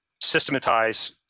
systematize